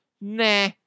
Nah